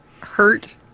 hurt